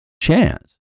chance